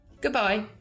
Goodbye